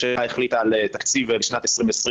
וכששמענו שמתכוננים גם את זה לקצץ,